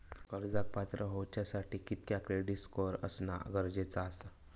कर्जाक पात्र होवच्यासाठी कितक्या क्रेडिट स्कोअर असणा गरजेचा आसा?